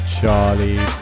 Charlie